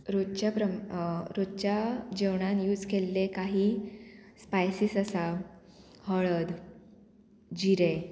रोजच्या प्रम रोजच्या जेवणान यूज केल्ले काही स्पायसीस आसा हळद जिरे